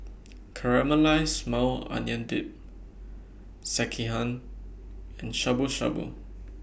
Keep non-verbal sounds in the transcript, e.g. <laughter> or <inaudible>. <noise> Caramelized Maui Onion Dip Sekihan and Shabu Shabu